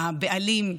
הבעלים,